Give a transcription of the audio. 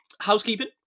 Housekeeping